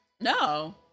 No